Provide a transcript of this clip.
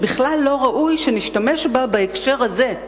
שבכלל לא ראוי שנשתמש בה בהקשר הזה.